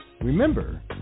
Remember